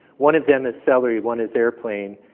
one of them is celery, one is airplane.